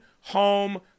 Home